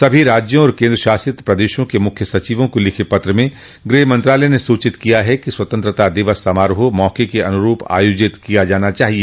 सभी राज्यों और केंद्र शासित प्रदेशों के मुख्य सचिवों को लिखे पत्र में गृह मंत्रालय ने सूचित किया है कि स्वतंत्रता दिवस समारोह मौके के अनुरूप आयोजित किया जाना चाहिए